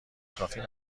کافی